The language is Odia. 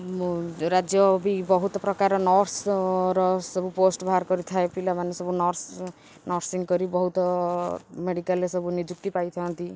ରାଜ୍ୟ ବି ବହୁତ ପ୍ରକାର ନର୍ସର ସବୁ ପୋଷ୍ଟ ବାହାର କରିଥାଏ ପିଲାମାନେ ସବୁ ନର୍ସ ନର୍ସିଂ କରି ବହୁତ ମେଡ଼ିକାଲ୍ରେ ସବୁ ନିଯୁକ୍ତି ପାଇଥାନ୍ତି